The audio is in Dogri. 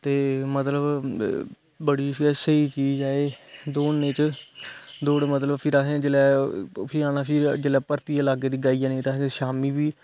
ते मतलब बड़ी गै स्हेई चीज ऐ दौड़ने च दौड़ मतलब फिर आसे जिसले फिर भर्तिये दे लागे आई जानी ते आसे शामी बी